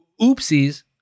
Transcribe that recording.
Oopsies